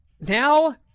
Now